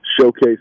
showcase